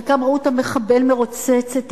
חלקם ראו את המחבל מרוצץ את,